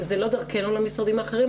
זה לא דרכנו למשרדים האחרים,